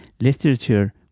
literature